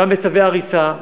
גם בצווי הריסה,